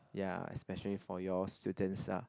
ya especially for your students lah